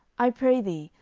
i pray thee,